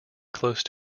close